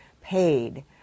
paid